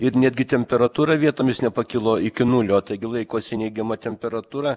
ir netgi temperatūra vietomis nepakilo iki nulio taigi laikosi neigiama temperatūra